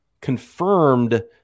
confirmed